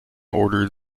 order